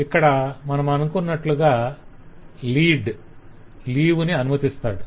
ఇక్కడ మనమనుకొన్నట్లుగా lead leave ని అనుమతిస్తాడు